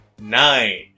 nine